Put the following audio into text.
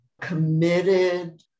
committed